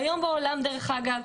והיום בעולם דרך אגב,